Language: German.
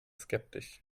skeptisch